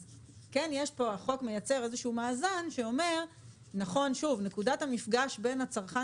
אז החוק מייצר מאזן שלפיו נקודת המפגש בין הצרכן